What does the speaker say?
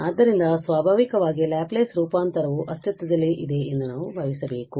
ಆದ್ದರಿಂದ ಸ್ವಾಭಾವಿಕವಾಗಿ ಲ್ಯಾಪ್ಲೇಸ್ ರೂಪಾಂತರವು ಅಸ್ತಿತ್ವದಲ್ಲಿದೆ ಎಂದು ನಾವು ಭಾವಿಸಬೇಕು